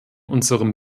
unserem